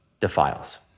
defiles